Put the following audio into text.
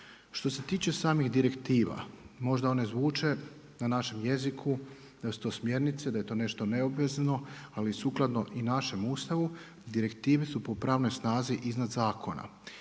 Što se tiče samih direktiva, možda one zvuče na našem jeziku da su to smjernice, da je to nešto neobavezno, ali sukladno i našem Ustavu direktive su po pravnoj snazi iznad zakona.